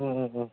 ꯎꯝ ꯎꯝ ꯎꯝ